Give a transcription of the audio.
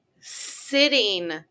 sitting